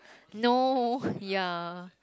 no ya